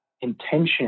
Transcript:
intention